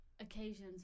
occasions